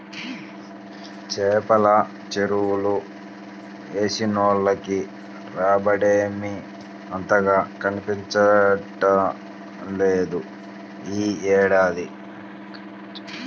చేపల చెరువులు వేసినోళ్లకి రాబడేమీ అంతగా కనిపించట్లేదు యీ ఏడాది